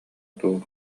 дуу